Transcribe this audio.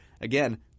Again